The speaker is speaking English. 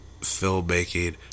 filmmaking